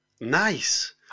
Nice